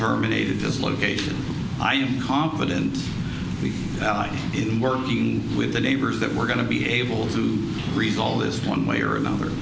terminate this location i am confident in working with the neighbors that we're going to be able to read all this one way or another